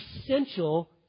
essential